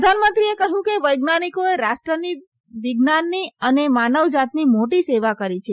પ્રધાનમંત્રીએ કહયું કે વૈજ્ઞાનિકોએ રાષ્ટ્રની વિજ્ઞાનની અને માનવજાતની મોટી સેવા કરી છે